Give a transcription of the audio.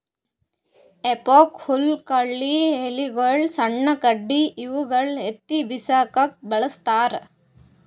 ಹೆಫೋಕ್ ಹುಲ್ಲ್ ಕಳಿ ಎಲಿಗೊಳು ಸಣ್ಣ್ ಕಡ್ಡಿ ಇವೆಲ್ಲಾ ಎತ್ತಿ ಬಿಸಾಕಕ್ಕ್ ಬಳಸ್ತಾರ್